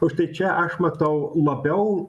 o štai čia aš matau labiau